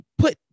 put